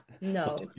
No